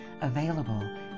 available